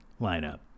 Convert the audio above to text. lineup